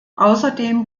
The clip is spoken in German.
außerdem